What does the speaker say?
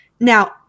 Now